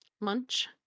Munch